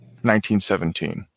1917